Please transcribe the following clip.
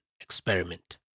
Experiment